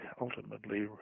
ultimately